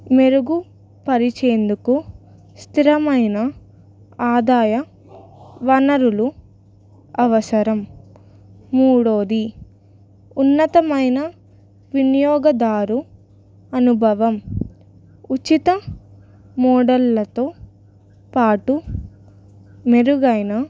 మెరుగు పరిచేందుకు స్థిరమైన ఆదాయ వనరులు అవసరం మూడవది ఉన్నతమైన వినియోగదారు అనుభవం ఉచిత మోడళ్లతో పాటు మెరుగైన